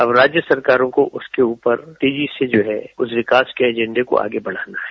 अब राज्य सरकारों को उसके ऊपर तेजी से उस विकास के एजेंडों को आगे बढ़ाना है